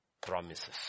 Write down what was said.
promises